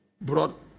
brought